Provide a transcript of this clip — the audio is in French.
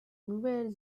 nouvelle